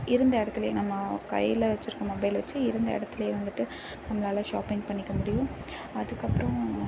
இருந்த இடத்துலே நம்ம கையில் வச்சிருக்க மொபைலை வச்சே இருந்த இடத்துலே வந்துட்டு நம்மளால் ஷாப்பிங் பண்ணிக்க முடியும் அதுக்கப்புறம்